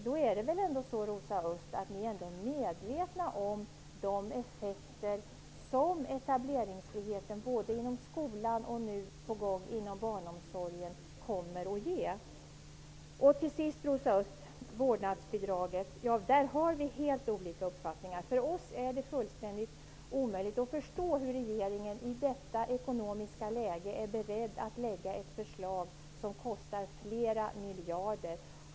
Då är ni väl medvetna om de effekter som etableringsfriheten både inom skolan och nu inom barnsomsorgen kommer att ge. Till sist vårdnadsbidraget. Där har vi helt olika uppfattningar. För oss är det fullständigt omöjligt att förstå hur regeringen i detta ekonomiska läge är beredd att lägga fram ett förslag som innebär kostnader för flera miljarder.